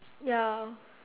ya